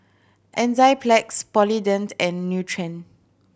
Enzyplex Polident and Nutren